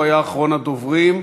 הוא היה אחרון הדוברים,